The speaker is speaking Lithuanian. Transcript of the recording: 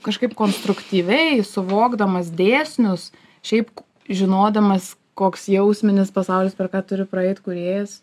kažkaip konstruktyviai suvokdamas dėsnius šiaip žinodamas koks jausminis pasaulis per ką turi praeit kūrėjas